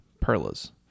Perla's